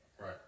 Right